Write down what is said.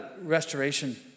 restoration